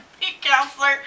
counselor